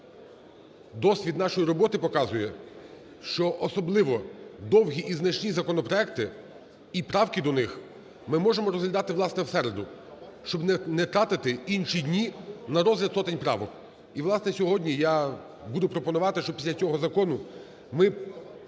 досвід нашої роботи показує, що особливо довгі і значні законопроекти і правки до них ми можемо розглядати, власне, в середу, щоб не тратити інші дні на розгляд сотень правок. І власне, сьогодні я буду пропонувати, щоб після цього закону ми